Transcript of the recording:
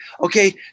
Okay